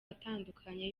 atandukanye